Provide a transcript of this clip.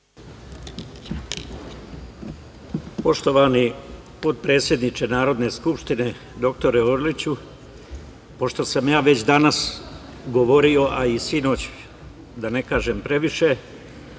Poštovani potpredsedniče Narodne skupštine, pošto sam ja već danas govorio, a i sinoć, da ne kažem previše,